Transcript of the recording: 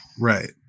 Right